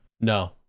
No